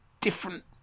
different